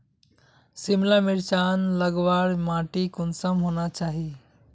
सिमला मिर्चान लगवार माटी कुंसम होना चही?